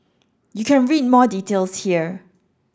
you can read more details here